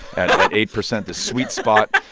at eight percent the sweet spot.